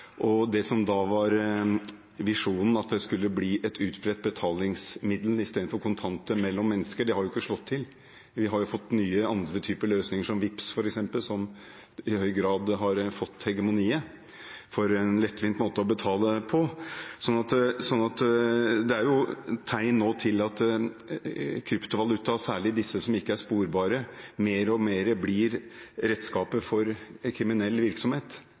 Det som da var visjonen, at det skulle bli et utbredt betalingsmiddel i stedet for kontanter mellom mennesker, har ikke slått til. Vi har fått andre, nye løsninger, som f.eks. Vipps, som i høy grad har fått hegemoniet, med tanke på en lettvint måte å betale på. Det er nå tegn til at kryptovalutaer, særlig de som ikke er sporbare, mer og mer blir redskaper for kriminell virksomhet,